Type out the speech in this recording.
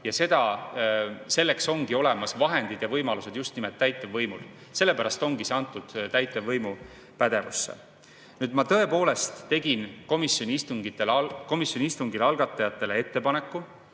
ja selleks on olemas vahendid ja võimalused just nimelt täitevvõimul. Sellepärast ongi see antud täitevvõimu pädevusse. Ma tõepoolest tegin komisjoni istungil algatajatele ettepaneku